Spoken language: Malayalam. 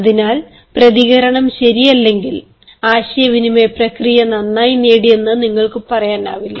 അതിനാൽ പ്രതികരണം ശരിയല്ലെങ്കിൽ ആശയവിനിമയ പ്രക്രിയ നന്നായി നേടിയെന്ന് നിങ്ങൾക്ക് പറയാനാവില്ല